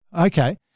Okay